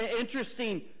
Interesting